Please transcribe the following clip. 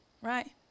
Right